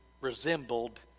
resembled